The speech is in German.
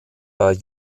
bei